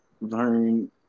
Learn